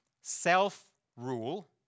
self-rule